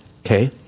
Okay